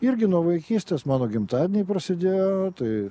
irgi nuo vaikystės mano gimtadieniai prasidėjo tai